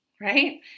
Right